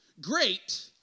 great